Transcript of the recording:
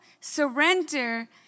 surrender